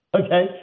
okay